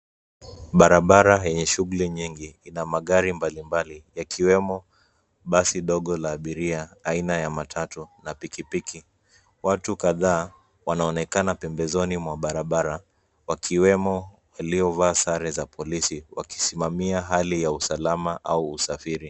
Barabara yenye shughuli nyingi, ina magari mbalimbali yakiwemo, basi dogo la abiria aina ya matatu, na pikipiki. Watu kadhaa, wanaonekana pembezoni, mwa barabara wakiwemo, waliovaa sare za polisi, wakisimamia hali ya usalama au usafiri.